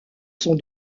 sont